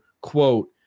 quote